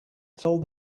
told